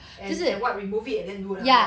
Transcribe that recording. and and what remove it and then do another [one]